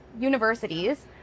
universities